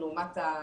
לעומת